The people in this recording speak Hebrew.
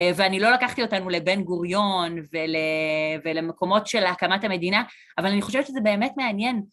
ואני לא לקחתי אותנו לבן גוריון ולמקומות של הקמת המדינה, אבל אני חושבת שזה באמת מעניין.